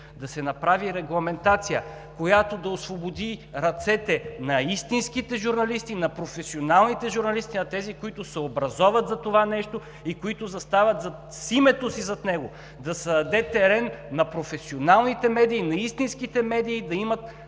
да се направи регламентация, която да освободи ръцете на истинските журналисти, на професионалните журналисти, на тези, които се образоват за това нещо и които застават с името си зад него, да се даде терен на професионалните медии, на истинските медии да имат